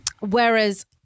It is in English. Whereas